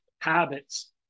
habits